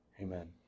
Amen